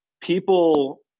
people